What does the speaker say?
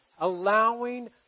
allowing